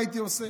מה הייתי עושה.